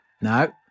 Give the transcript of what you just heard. no